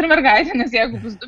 ir mergaitė nes jeigu bus du